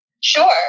Sure